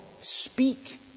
speak